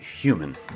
human